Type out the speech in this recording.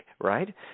right